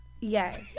yes